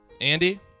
Andy